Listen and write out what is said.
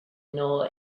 nor